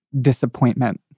disappointment